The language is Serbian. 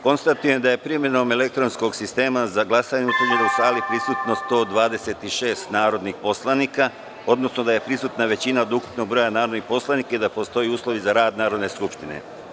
Konstatujem da je primenom elektronskog sistema za glasanje utvrđeno da je u sali prisutno 126 narodnih poslanika, odnosno da je prisutna većina od ukupnog broja narodnih poslanika i da postoje uslovi za rad Narodne skupštine.